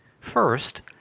First